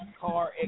car